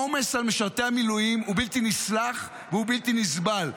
העומס על משרתי המילואים הוא בלתי נסלח והוא בלתי נסבל.